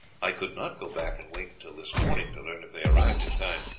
i could not go back and wait until this morning to learn if they arrived in time,